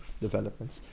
developments